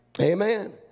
Amen